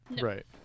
Right